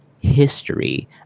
history